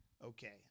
Okay